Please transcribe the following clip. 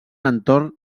entorn